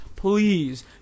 Please